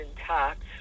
intact